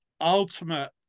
ultimate